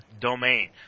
domain